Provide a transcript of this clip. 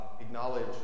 acknowledge